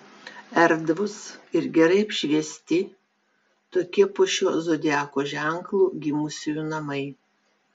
erdvūs ir gerai apšviesti tokie po šiuo zodiako ženklu gimusiųjų namai